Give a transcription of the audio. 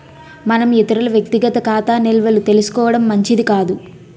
మనం ఇతరుల వ్యక్తిగత ఖాతా నిల్వలు తెలుసుకోవడం మంచిది కాదు